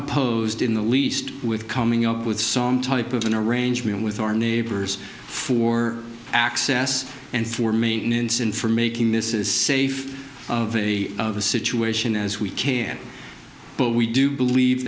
opposed in the least with coming up with some type of an arrangement with our neighbors for access and for maintenance and for making this is safe of a of a situation as we can but we do believe